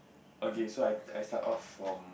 okay so I I start off from